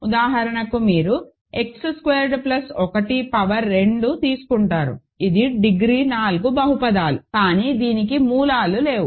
ఉదాహరణకు మీరు X squared plus 1 power 2 తీసుకుంటారు ఇది డిగ్రీ 4 బహుపదులు కానీ దీనికి మూలాలు లేవు